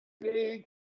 big